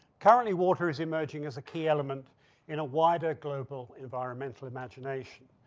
currently, water is emerging as a key element in a wider global environmental imagination.